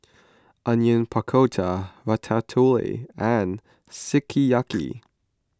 Onion Pakora Ratatouille and Sukiyaki